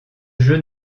jeux